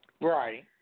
Right